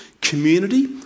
community